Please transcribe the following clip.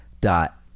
dot